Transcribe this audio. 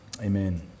Amen